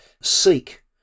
seek